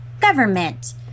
government